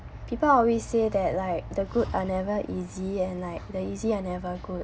people always say that like the good are never easy and like the easy are never good